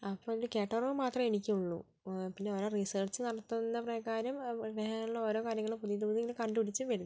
അപ്പോൾ അതിൻ്റെ കേട്ടറിവ് മാത്രമേ എനിക്ക് ഉള്ളൂ പിന്നെ ഓരോ റിസർച്ച് നടത്തുന്ന പ്രകാരം മുകളിൽ ഓരോ കാര്യങ്ങളും പുതിയത് പുതിയത് കണ്ടു പിടിച്ച് വരുന്നുണ്ട്